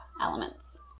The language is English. Elements